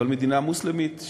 אבל מדינה מוסלמית,